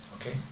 okay